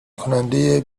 کننده